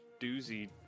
doozy